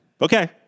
Okay